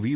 V